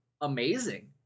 amazing